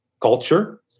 culture